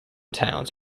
towns